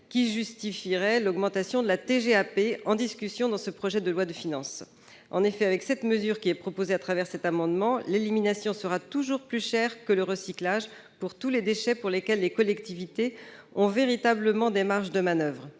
qui justifie l'augmentation de la TGAP en discussion dans le présent projet de loi de finances. En effet, avec une telle disposition, l'élimination sera toujours plus chère que le recyclage pour tous les déchets pour lesquels les collectivités ont véritablement des marges de manoeuvre.